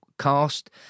cast